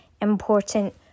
important